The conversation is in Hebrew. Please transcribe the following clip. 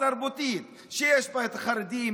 שיש בה את החרדים,